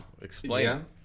Explain